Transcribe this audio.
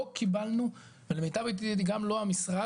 לא קיבלנו ולמיטב ידיעתי גם לא המשרד